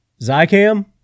Zycam